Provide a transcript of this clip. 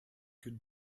que